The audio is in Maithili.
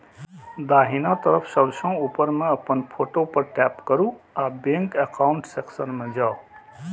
दाहिना तरफ सबसं ऊपर मे अपन फोटो पर टैप करू आ बैंक एकाउंट सेक्शन मे जाउ